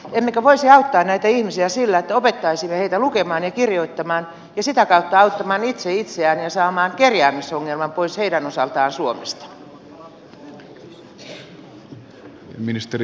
emmekö voisi auttaa näitä ihmisiä sillä että opettaisimme heitä lukemaan ja kirjoittamaan ja sitä kautta auttamaan itse itseään ja saamaan kerjäämisongelman pois heidän osaltaan suomesta